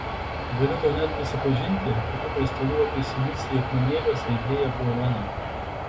galiu tau net prisipažinti kad tų paistalų apie silicį akmenėliuose idėja buvo mano